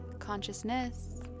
consciousness